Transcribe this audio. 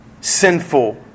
sinful